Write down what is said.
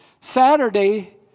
Saturday